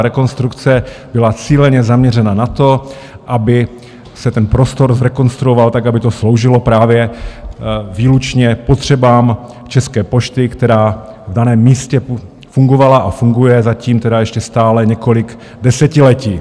Rekonstrukce byla cíleně zaměřena na to, aby se ten prostor zrekonstruoval tak, aby to sloužilo právě výlučně potřebám České pošty, která v daném místě fungovala a funguje, zatím tedy ještě stále, několik desetiletí.